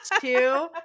two